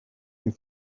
you